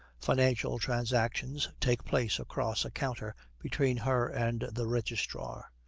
financial transactions take place across a counter between her and the registrar,